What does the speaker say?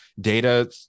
data